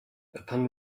upon